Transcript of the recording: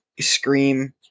Scream